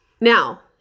Now